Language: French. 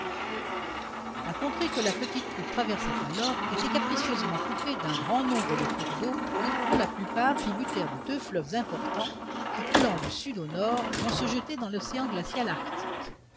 la contrée que la petite troupe traversait alors était capricieusement coupée d'un grand nombre de cours d'eau pour la plupart tributaires de deux fleuves importants qui coulant du sud au nord vont se jeter dans l'océan glacial arctique